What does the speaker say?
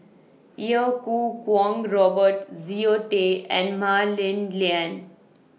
Iau Kuo Kwong Robert Zoe Tay and Mah Li Lian